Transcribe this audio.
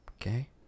Okay